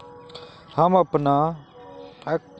हम अपन बीमा के पैसा बैंक जाके जमा कर सके है नय?